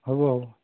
হ'ব হ'ব